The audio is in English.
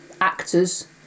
actors